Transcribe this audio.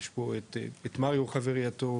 יש פה את מריו חברי הטוב,